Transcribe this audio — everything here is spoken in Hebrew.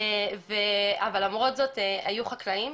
אבל למרות זאת היו חקלאים,